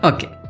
Okay